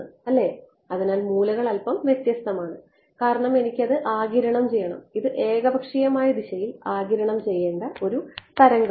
അല്ലേ അതിനാൽ മൂലകൾ അല്പം വ്യത്യസ്തമാണ് കാരണം എനിക്ക് അത് ആഗിരണം ചെയ്യണം ഇത് ഏകപക്ഷീയമായ ദിശയിൽ ആഗിരണം ചെയ്യേണ്ട ഒരു തരംഗമാണ്